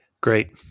great